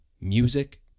music